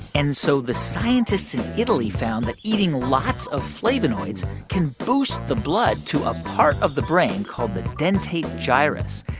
and so the scientists in italy found that eating lots of flavonoids can boost the blood to a part of the brain called the dentate gyrus.